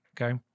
Okay